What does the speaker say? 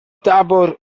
tabor